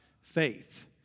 faith